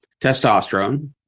testosterone